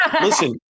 Listen